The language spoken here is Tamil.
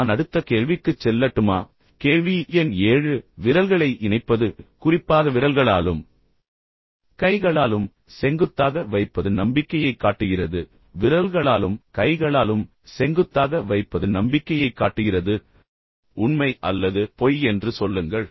நான் அடுத்த கேள்விக்குச் செல்லட்டுமா கேள்வி எண் ஏழு விரல்களை இணைப்பது குறிப்பாக விரல்களாலும் கைகளாலும் செங்குத்தாக வைப்பது நம்பிக்கையைக் காட்டுகிறது விரல்களாலும் கைகளாலும் செங்குத்தாக வைப்பது நம்பிக்கையைக் காட்டுகிறது உண்மை அல்லது பொய் என்று சொல்லுங்கள்